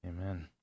Amen